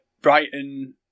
Brighton